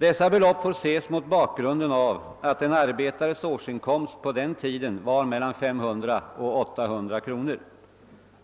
Dessa belopp får ses mot bakgrunden av att en arbetares årsinkomst på den tiden var mellan 500 kronor och 800 kronor.